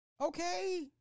Okay